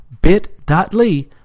bit.ly